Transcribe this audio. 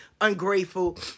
ungrateful